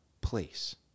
place